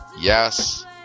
Yes